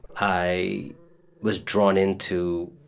i was drawn into,